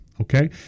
okay